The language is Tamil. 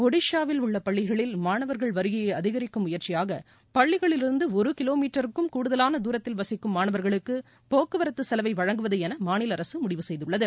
ஒடிசாவில் உள்ள பள்ளிகளில் மாணவர்கள் வருகையை அதிகரிக்கும் முயற்சியாக பள்ளிகளிலிருந்து ஒரு கிலோ மீட்டருக்கும் கூடுதலாள தூரத்தில் வசிக்கும் மாணவர்களுக்கு போக்குவரத்து செலவை வழங்குவது என மாநில அரசு முடிவு செய்துள்ளது